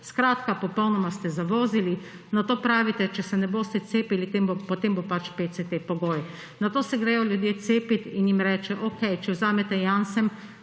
Skratka, popolnoma ste zavozili. Nato pravite, če se ne boste cepili, potem bo pač PCT pogoj; nato se gredo ljudje cepit in se jim reče, okej, če vzamete Janssen,